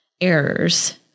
errors